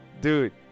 dude